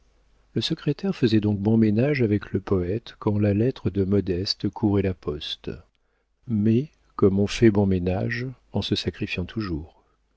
le secrétaire faisait donc bon ménage avec le poëte quand la lettre de modeste courait la poste mais comme on fait bon ménage en se sacrifiant toujours